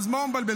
אז מה הוא מבלבל,